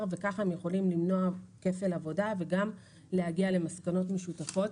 וכך הם יכולים למנוע כפל עבודה וגם להגיע למסקנות משותפות.